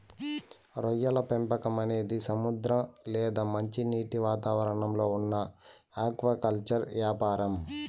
రొయ్యల పెంపకం అనేది సముద్ర లేదా మంచినీటి వాతావరణంలో ఉన్న ఆక్వాకల్చర్ యాపారం